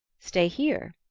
stay here?